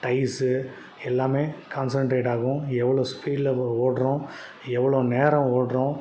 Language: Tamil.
டைஸ்ஸு எல்லாமே கான்சென்ட்ரேட் ஆகும் எவ்வளோ ஸ்பீட்டில இப்போ ஓட்டுறோம் எவ்வளோ நேரம் ஓட்டுறோம்